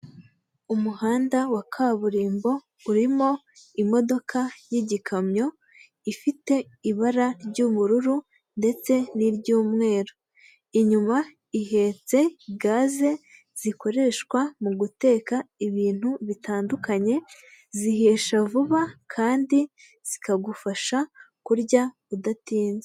Umuhanda wa kaburimbo urimo imodoka y'igikamyo ifite ibara ry'ubururu ndetse n'iry'umweru. Inyuma ihetse gaze zikoreshwa mu guteka ibintu bitandukanye zihisha vuba kandi zikagufasha kurya udatinze.